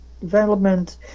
Development